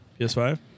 PS5